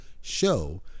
show